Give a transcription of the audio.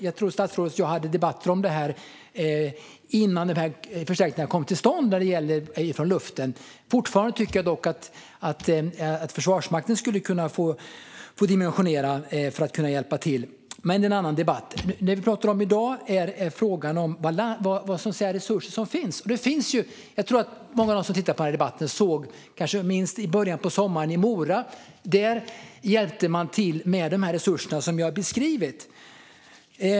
Jag tror att statsrådet och jag hade debatter om detta innan förstärkningarna kom till stånd när det gäller insatser från luften. Fortfarande tycker jag dock att Försvarsmakten skulle kunna få dimensioneras för att hjälpa till, men det är en annan debatt. Det vi pratar om i dag är vilka resurser som finns. Jag tror att många av dem som lyssnar på debatten minns hur det var i början på sommaren i Mora. Där hjälpte man till med de resurser som jag har beskrivit.